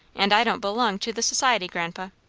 and i don't belong to the society, grandpa.